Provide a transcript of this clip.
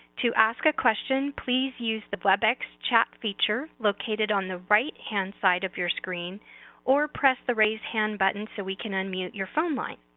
to ask a question, please use the webex chat feature located on the right hand side of your screen or press the raise hand button so we can unmute your phone line.